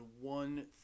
one